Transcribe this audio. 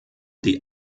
die